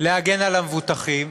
להגן על המבוטחים,